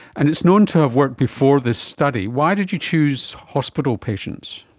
and it is known to have worked before this study. why did you choose hospital patients?